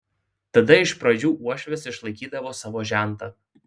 tada iš pradžių uošvis išlaikydavo savo žentą